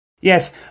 Yes